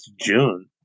June